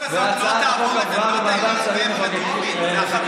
והצעת החוק עברה בוועדת השרים לחקיקה.